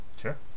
sure